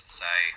say